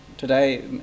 today